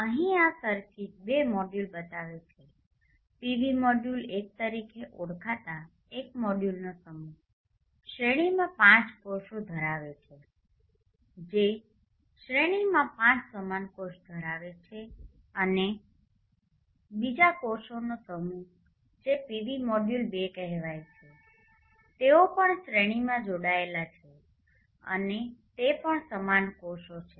અહીં આ સર્કિટ બે મોડ્યુલ બતાવે છે પીવી મોડ્યુલ ૧ તરીકે ઓળખાતા એક મોડ્યુલનો સમૂહ શ્રેણીમાં ૫ કોષો ધરાવે છે જે શ્રેણીમાં ૫ સમાન કોષો ધરાવે છે અને બીજા કોષોનો સમૂહ જે પીવી મોડ્યુલ ૨ કહેવાય છે તેઓ પણ શ્રેણીમાં જોડાયેલા છે અને તે પણ સમાન કોષો છે